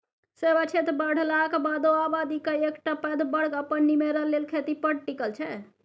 सेबा क्षेत्र बढ़लाक बादो आबादीक एकटा पैघ बर्ग अपन निमेरा लेल खेती पर टिकल छै